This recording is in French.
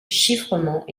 chiffrement